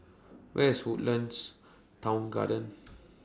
Where IS Woodlands Town Garden